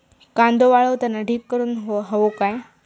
कांदो वाळवताना ढीग करून हवो काय?